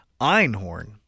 Einhorn